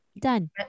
done